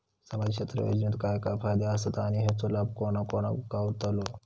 सामजिक क्षेत्र योजनेत काय काय फायदे आसत आणि हेचो लाभ कोणा कोणाक गावतलो?